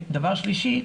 דבר שלישי,